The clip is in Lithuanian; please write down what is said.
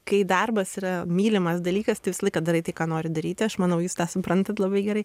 kai darbas yra mylimas dalykas tai viską laiką darai tai ką nori daryti aš manau jūs tą suprantat labai gerai